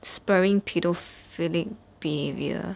spurring pedophilic behavior